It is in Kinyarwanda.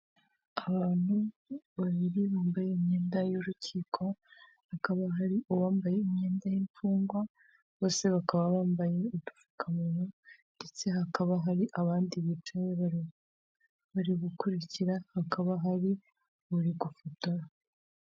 Abantu babiri bambaye imyenda y'urukiko hakaba hari uwambaye imyenda y'imfungwa bose bakaba bambaye udupfukamunwa ndetse hakaba hari abandi bicaye bari gukurikira hakaba hari uri gufotora